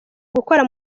gukora